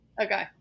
Okay